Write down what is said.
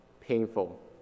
painful